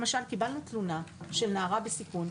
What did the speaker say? למשל, קיבלנו תלונה של נערה בסיכון.